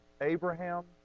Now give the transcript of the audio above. abraham